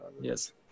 Yes